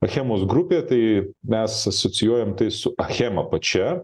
achemos grupė tai mes asocijuojam tai su achema pačia